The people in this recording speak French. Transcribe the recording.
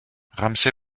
ramsay